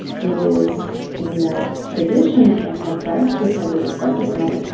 it is in that tradition of petrarch, because of it's subject matter.